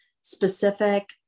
specific